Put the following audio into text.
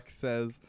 says